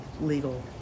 legal